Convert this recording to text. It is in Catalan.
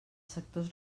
sectors